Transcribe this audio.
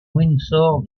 windsor